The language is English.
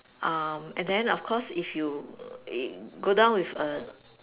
um and then of course if you if go down with a